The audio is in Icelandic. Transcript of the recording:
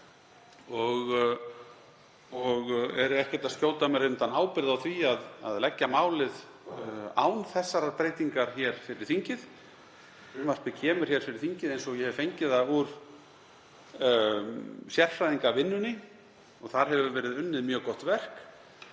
Ég er ekkert að skjóta mér undan ábyrgð á því að leggja málið án þessarar breytingar hér fyrir þingið. Frumvarpið kemur fyrir þingið eins og ég hef fengið það úr sérfræðingavinnunni. Þar hefur verið unnið mjög gott verk.